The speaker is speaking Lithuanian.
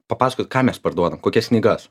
papasakot ką mes parduodam kokias knygas